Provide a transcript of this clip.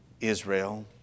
Israel